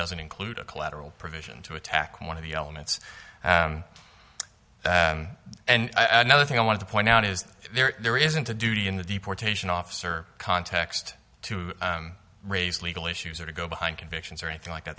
doesn't include a collateral provision to attack one of the elements and another thing i want to point out is that there isn't a duty in the deportation officer context to raise legal issues or to go behind convictions or anything like that